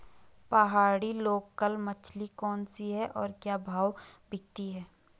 पहाड़ी लोकल मछली कौन सी है और क्या भाव बिकती है?